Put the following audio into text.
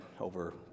over